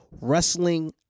wrestling